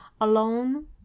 alone